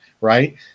right